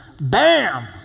Bam